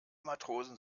matrosen